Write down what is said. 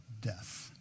death